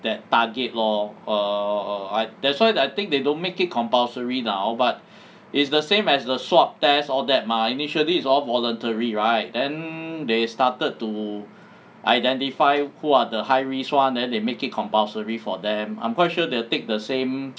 that target lor err that's why I think they don't make it compulsory now but it's the same as the swab test all that mah initially it's all voluntary right then they started to identify who are the high risk one then they make it compulsory for them I'm quite sure they will take the same